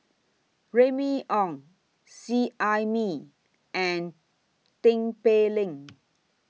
Remy Ong Seet Ai Mee and Tin Pei Ling